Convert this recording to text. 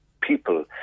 people